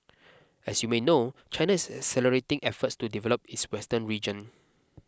as you may know China is accelerating efforts to develop its western region